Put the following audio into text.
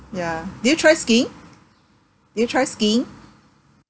ya did you try skiing did you try skiing